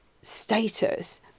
status